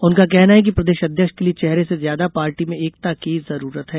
उनका कहना है कि प्रदेश अध्यक्ष के लिये चेहरे से ज्यादा पार्टी में एकता की जरूरत है